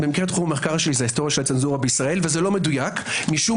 תחום המחקר שלי זה ההיסטוריה של הצנזורה בישראל וזה לא מדויק משום